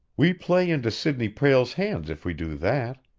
we play into sidney prale's hands if we do that.